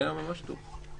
היה ממש טוב.